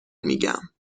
میگم